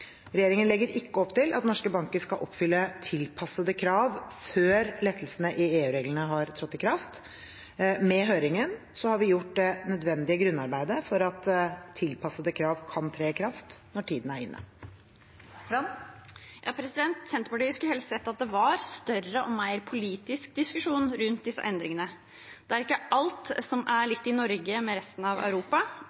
Regjeringen legger ikke opp til at norske banker skal oppfylle tilpassede krav før lettelsene i EU-reglene har trådt i kraft. Med høringen har vi gjort det nødvendige grunnarbeidet for at tilpassede krav kan tre i kraft når tiden er inne. Senterpartiet skulle helst sett at det var større og mer politisk diskusjon rundt disse endringene. Det er ikke alt som er